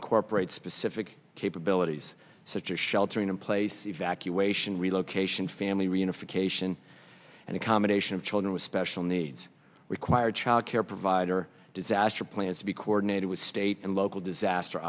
incorporate specific capabilities such as sheltering in place evacuation relocation family reunification and accommodation of children with special needs required child care provider disaster plans to be coordinated with state and local disaster